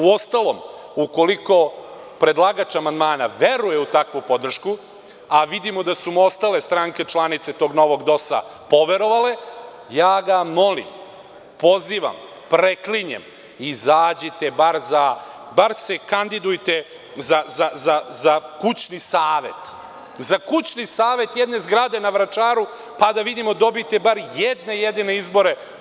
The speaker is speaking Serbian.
Uostalom, ukoliko predlagač amandmana veruje u takvu podršku, a vidimo da su mu ostale stranke članice tog novog DOS-a poverovale, ja ga molim, pozivam, preklinjem izađite bar za, bar se kandidujte za kućni savet, za kućni savet jedne zgrade na Vračaru, pa da vidimo dobijte bar jedne jedine izbore.